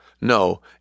No